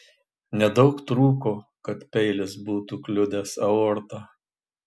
nedaug trūko kad peilis būtų kliudęs aortą